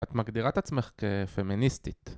את מגדירה את עצמך כפמיניסטית